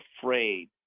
afraid